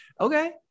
Okay